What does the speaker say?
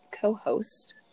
co-host